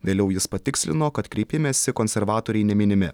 vėliau jis patikslino kad kreipimesi konservatoriai neminimi